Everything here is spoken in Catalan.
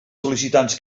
sol·licitants